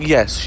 Yes